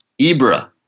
Ibra